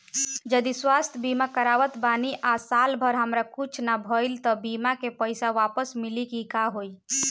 जदि स्वास्थ्य बीमा करावत बानी आ साल भर हमरा कुछ ना भइल त बीमा के पईसा वापस मिली की का होई?